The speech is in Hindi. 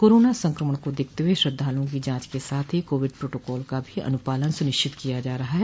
कोरोना संक्रमण को देखते हुए श्रद्धालुओं की जांच के साथ ही कोविड प्रोटोकॉल का भी अनुपालन सुनिश्चित किया जा रहा है